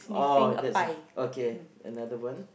oh that's a okay another one